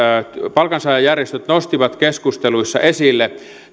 palkansaajajärjestöt nostivat keskusteluissa esille